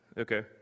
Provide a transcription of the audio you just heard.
Okay